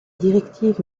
directives